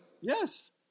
Yes